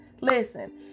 listen